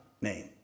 name